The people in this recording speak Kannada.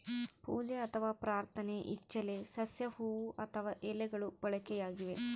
ಪೂಜೆ ಅಥವಾ ಪ್ರಾರ್ಥನೆ ಇಚ್ಚೆಲೆ ಸಸ್ಯ ಹೂವು ಅಥವಾ ಎಲೆಗಳು ಬಳಕೆಯಾಗಿವೆ